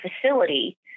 facility